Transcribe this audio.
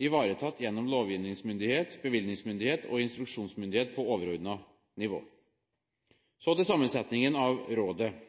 ivaretatt gjennom lovgivningsmyndighet, bevilgningsmyndighet og instruksjonsmyndighet på overordnet nivå. Så til